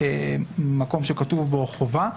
מקום שכתוב בו חובה.